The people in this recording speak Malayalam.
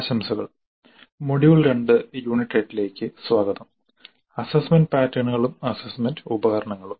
ആശംസകൾ മൊഡ്യൂൾ 2 യൂണിറ്റ് 8 ലേക്ക് സ്വാഗതം അസസ്മെന്റ് പാറ്റേണുകളും അസസ്മെന്റ് ഉപകരണങ്ങളും